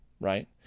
right